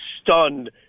stunned